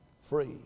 free